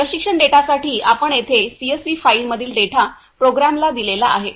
प्रशिक्षण डेटासाठी आपण येथे सीएसव्ही फाईलमधील डेटा प्रोग्रामला दिलेला आहे